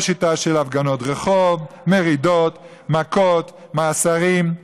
או שיטה של הפגנות רחוב, מרידות, מכות, מאסרים.